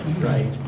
Right